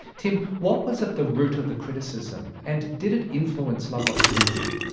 tim, what was at the root of the criticism, and did it influence lovelock's thinking?